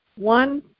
one